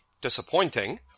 disappointing